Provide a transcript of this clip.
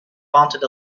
wanted